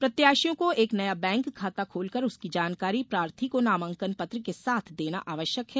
प्रत्याशियों को एक नया बैंक खाता खोलकर उसकी जानकारी प्रार्थी को नामांकन पत्र के साथ देना आवश्यक है